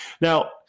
Now